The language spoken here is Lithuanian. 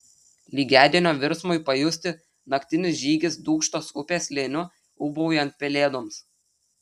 lygiadienio virsmui pajusti naktinis žygis dūkštos upės slėniu ūbaujant pelėdoms